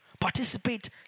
participate